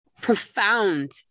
profound